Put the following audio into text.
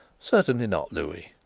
certainly not, louis.